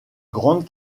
grande